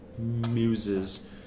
muses